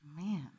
Man